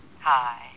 Hi